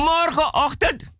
Morgenochtend